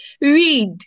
Read